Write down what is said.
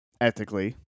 ethically